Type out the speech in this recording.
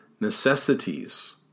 necessities